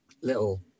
Little